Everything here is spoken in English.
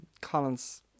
Collins